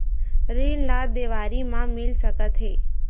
ऋण ला देवारी मा मिल सकत हे